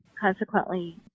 consequently